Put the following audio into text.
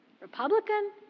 Republican